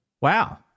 Wow